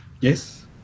Yes